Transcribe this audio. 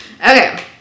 Okay